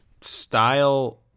style